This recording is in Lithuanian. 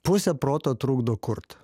pusė proto trukdo kurt